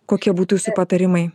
kokie būtų jūsų patarimai